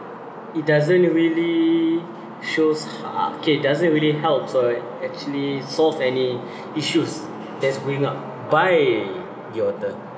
it doesn't really show uh okay doesn't really help or actually solve any issues that's going up by your turn